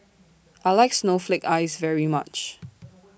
I like Snowflake Ice very much